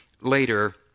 later